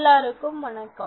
எல்லோருக்கும் வணக்கம்